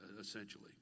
essentially